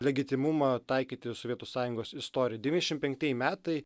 legitimumą taikyti sovietų sąjungos istoriją devyniasdešimt penktieji metai